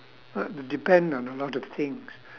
that would depend on a lot of things